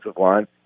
line